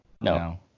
no